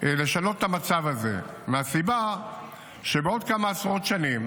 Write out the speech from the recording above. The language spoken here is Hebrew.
לשנות את המצב הזה, מהסיבה שבעוד כמה עשרות שנים,